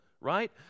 right